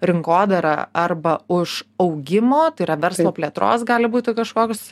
rinkodarą arba už augimo tai yra verslo plėtros gali būti kažkoks